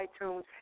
iTunes